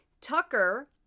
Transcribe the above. tucker